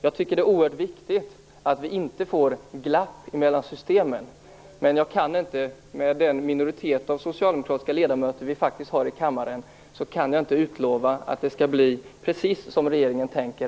Jag tycker att det är oerhört viktigt att vi inte får glapp mellan systemen, men jag kan med tanke på att en minoritet av de socialdemokratiska ledamöterna finns i kammaren i alla fall inte utlova att det skall bli precis som regeringen tänker.